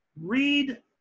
read